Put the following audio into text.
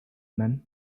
men